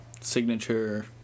Signature